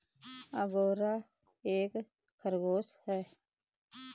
angora एक खरगोश है